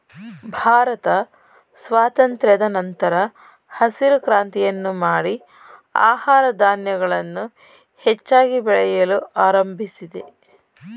ಭಾರತ ಸ್ವಾತಂತ್ರದ ನಂತರ ಹಸಿರು ಕ್ರಾಂತಿಯನ್ನು ಮಾಡಿ ಆಹಾರ ಧಾನ್ಯಗಳನ್ನು ಹೆಚ್ಚಾಗಿ ಬೆಳೆಯಲು ಆರಂಭಿಸಿದೆ